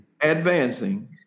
Advancing